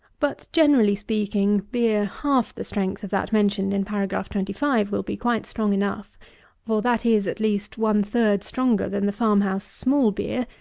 but, generally speaking, beer half the strength of that mentioned in paragraph twenty five will be quite strong enough for that is, at least, one-third stronger than the farm-house small beer,